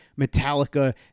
Metallica